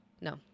no